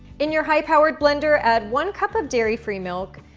in your high powered blender add one cup of dairy free milk,